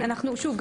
שוב,